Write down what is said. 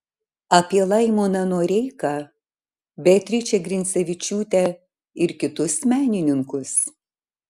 apie laimoną noreiką beatričę grincevičiūtę ir kitus menininkus